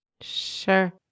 Sure